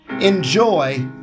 Enjoy